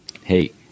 Hey